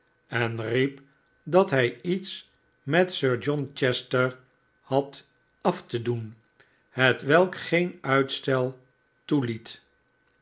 en riep dat hij iets met sir john chester had af te doen hetwelk geen uitstel toeliet